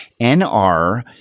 NR